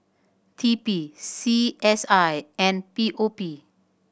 T P C S I and P O P